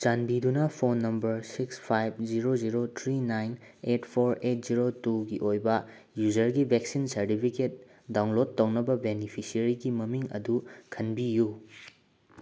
ꯆꯥꯟꯕꯤꯗꯨꯅ phone number six five zero zero three nine eight four eight zero two ꯑꯣꯏꯕ ꯌꯨꯖꯔꯒꯤ vaccine certificate download ꯇꯧꯅꯕ ꯕꯤꯅꯤꯐꯤꯁꯔꯤꯒꯤ ꯃꯃꯤꯡ ꯑꯗꯨ ꯈꯟꯕꯤꯌꯨ